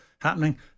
happening